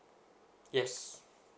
yes